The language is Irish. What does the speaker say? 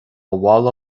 mhála